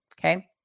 okay